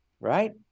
right